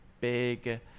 big